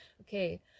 okay